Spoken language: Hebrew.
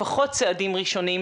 לפחות צעדים ראשונים,